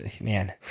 man